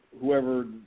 Whoever